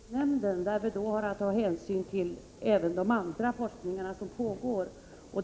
Herr talman! Jag sitter i energiforskningsnämnden, där vi har att ta hänsyn även till övrig pågående forskning.